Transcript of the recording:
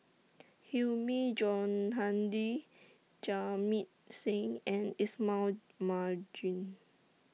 Hilmi Johandi Jamit Singh and Ismail Marjan